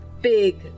big